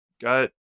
got